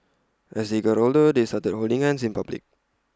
as they got older they started holding hands in public